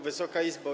Wysoka Izbo!